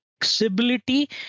flexibility